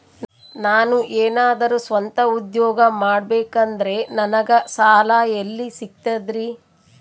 ನಾನು ಏನಾದರೂ ಸ್ವಂತ ಉದ್ಯೋಗ ಮಾಡಬೇಕಂದರೆ ನನಗ ಸಾಲ ಎಲ್ಲಿ ಸಿಗ್ತದರಿ?